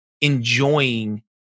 enjoying